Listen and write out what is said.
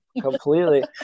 completely